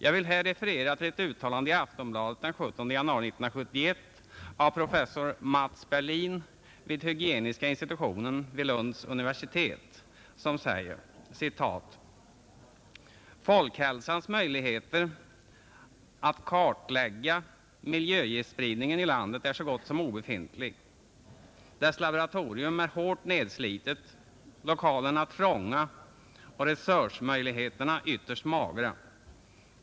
Jag vill här referera till ett uttalande i Aftonbladet den 17 januari 1971 av professor Maths Berlin vid hygieniska institutionen vid Lunds universitet, som säger: ”Folkhälsans möjligheter att kartlägga miljögiftspridningen i landet är så gott som obefintliga. Dess laboratorium är hårt nedslitet, lokalerna trånga och researchmöjligheterna ytterst magra.